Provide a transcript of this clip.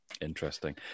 interesting